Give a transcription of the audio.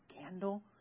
scandal